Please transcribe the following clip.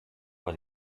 war